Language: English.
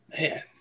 Man